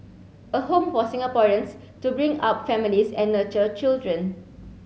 a home for Singaporeans to bring up families and nurture children